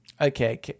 Okay